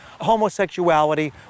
Homosexuality